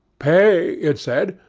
pay, it said,